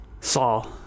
Saul